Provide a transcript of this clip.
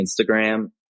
Instagram